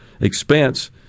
expense